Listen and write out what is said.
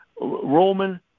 Roman